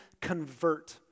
convert